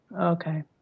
Okay